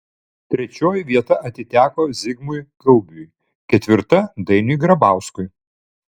trečioji vieta atiteko zigmui gaubiui ketvirta dainiui grabauskui